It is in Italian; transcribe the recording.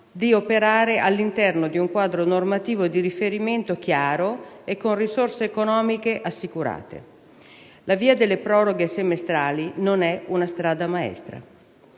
di operare all'interno di un quadro normativo di riferimento chiaro e con risorse economiche assicurate. La via delle proroghe semestrali non è certamente la strada maestra.